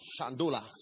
Shandola